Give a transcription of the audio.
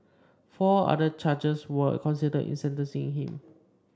four other charges were considered in sentencing him